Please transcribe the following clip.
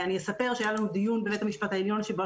אני אספר שהיה לנו דיון בבית המשפט העליון שבו